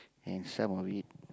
and some of it